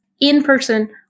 in-person